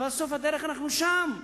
אבל סוף הדרך, אנחנו שם.